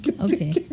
Okay